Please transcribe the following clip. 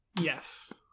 yes